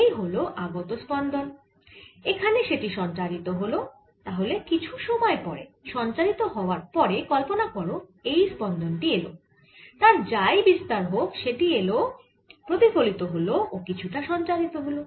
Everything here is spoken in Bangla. এই হল আগত স্পন্দন এখানে সেটি সঞ্চারিত হল তাহলে কিছু সময় পরে সঞ্চারিত হওয়ার পরে কল্পনা করো এই স্পন্দন টি এলো তার যাই বিস্তার হোক সেটি এলো প্রতিফলিত হল ও কিছুটা সঞ্চারিত হল